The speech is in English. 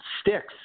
sticks